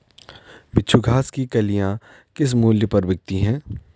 बिच्छू घास की कलियां किस मूल्य पर बिकती हैं?